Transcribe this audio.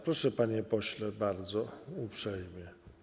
Proszę, panie pośle, bardzo uprzejmie.